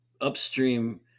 upstream